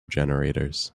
generators